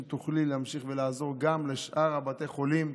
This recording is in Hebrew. אם תוכלי להמשיך ולעזור גם לשאר בתי החולים,